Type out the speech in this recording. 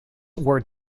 were